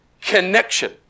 connection